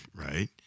right